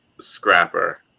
Scrapper